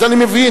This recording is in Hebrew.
אז אני מבין,